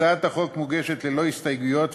הצעת החוק מוגשת ללא הסתייגויות,